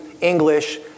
English